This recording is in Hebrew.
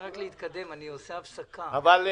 סכום ההכנסה החייבת מעסק לשנת המס 2018 או 2019,